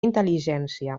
intel·ligència